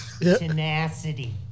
Tenacity